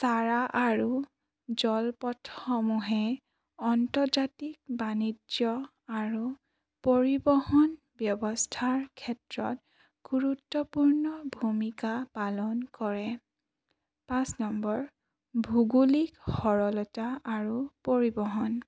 চাৰা আৰু জলপথসমূহে অন্তৰ্জাতিক বাণিজ্য আৰু পৰিবহণ ব্যৱস্থাৰ ক্ষেত্ৰত গুৰুত্বপূৰ্ণ ভূমিকা পালন কৰে পাঁচ নম্বৰ ভূগোলিক সৰলতা আৰু পৰিবহণ